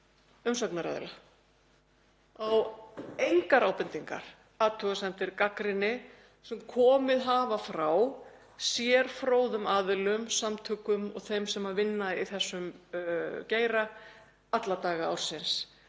umsagnaraðila, á engar ábendingar, athugasemdir eða gagnrýni sem komið hefur frá sérfróðum aðilum, samtökum og þeim sem vinna í þessum geira alla daga ársins.